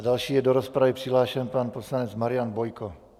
Další je do rozpravy přihlášen pan poslanec Marian Bojko.